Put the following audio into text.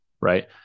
right